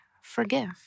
forgive